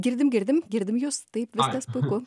girdim girdim girdim jus taip viskas puiku